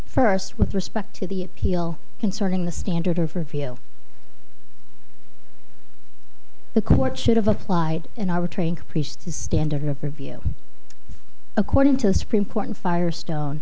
first with respect to the appeal concerning the standard of review the court should have applied in our standard of review according to the supreme court and firestone